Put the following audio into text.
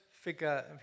figure